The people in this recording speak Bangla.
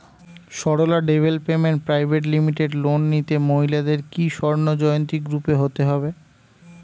Sarala development private limited loan নিতে মহিলাদের কি স্বর্ণ জয়ন্তী গ্রুপে হতে হবে?